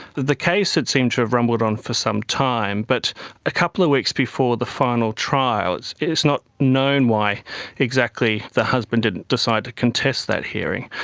the case seemed to have rumbled on for some time, but a couple of weeks before the final trial it is not known why exactly the husband didn't decide to contest that hearing,